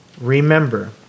remember